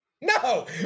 No